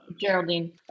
geraldine